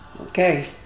okay